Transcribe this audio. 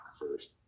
first